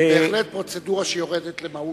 זו בהחלט פרוצדורה שיורדת למהות.